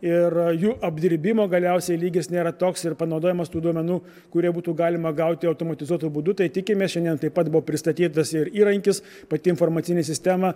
ir jų apdirbimo galiausiai lygis nėra toks ir panaudojamas tų duomenų kurie būtų galima gauti automatizuotu būdu tai tikimės šiandien taip pat buvo pristatytas ir įrankis pati informacinė sistema